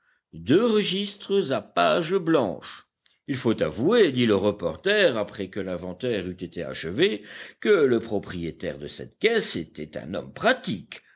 deux registres à pages blanches il faut avouer dit le reporter après que l'inventaire eut été achevé que le propriétaire de cette caisse était un homme pratique